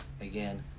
again